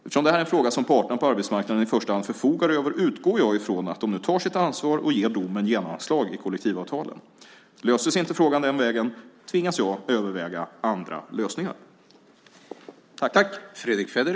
Eftersom det här är en fråga som parterna på arbetsmarknaden i första hand förfogar över utgår jag ifrån att de tar sitt ansvar och ger domen genomslag i kollektivavtalen. Löses inte frågan den vägen tvingas jag överväga andra lösningar.